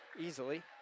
easily